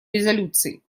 резолюции